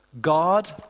God